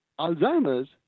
Alzheimer's